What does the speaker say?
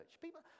People